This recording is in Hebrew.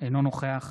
אינו נוכח